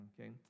Okay